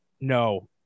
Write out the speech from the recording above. No